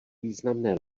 významné